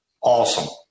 awesome